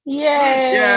yay